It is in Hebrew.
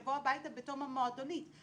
בוחנים מה בסופו של דבר יכול להקל על ההורים יותר,